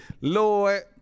Lord